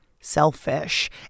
selfish